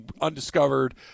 undiscovered